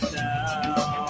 now